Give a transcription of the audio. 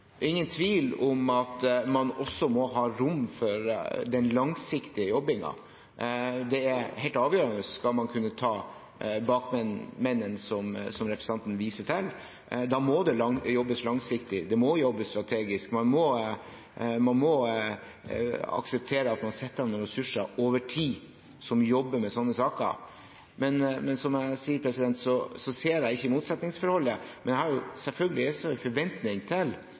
ingen tvil om at man også må ha rom for den langsiktige jobbingen. Det er helt avgjørende. Skal man kunne ta bakmennene, som representanten viser til, må det jobbes langsiktig, det må jobbes strategisk, og man må akseptere at man setter av noen ressurser – over tid – som jobber med sånne saker. Som jeg sier, ser jeg ikke motsetningsforholdet. Men jeg har selvfølgelig en forventning